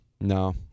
No